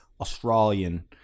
Australian